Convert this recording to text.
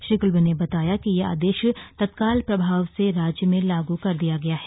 श्री खुल्बे ने बताया कि यह आदेश तत्काल प्रभाव से राज्य में लागू कर दिया गया है